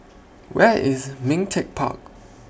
Where IS Ming Teck Park